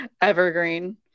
evergreen